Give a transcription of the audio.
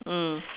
mm